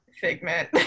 Figment